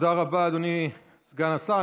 תודה רבה, אדוני סגן השר.